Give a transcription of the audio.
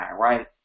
right